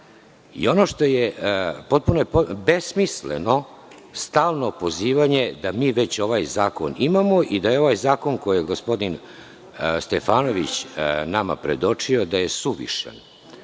aktima. Potpuno je besmisleno stalno pozivanje da mi ovaj zakon već imamo i da je ovaj zakon koji je gospodin Stefanović nama predočio suvišan.